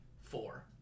four